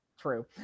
True